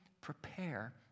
prepare